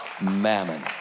Mammon